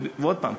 ושוב,